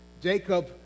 Jacob